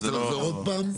אתה רוצה לחזור עוד פעם?